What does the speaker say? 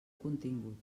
contingut